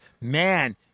man